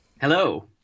Hello